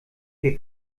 wir